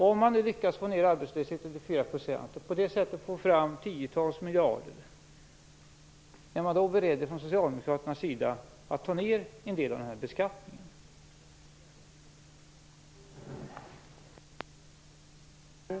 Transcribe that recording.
Om man lyckas få ned arbetslösheten till 4 % och på det sättet får fram tiotals miljarder, är man då från socialdemokraternas sida beredd att ta ned en del av beskattningen?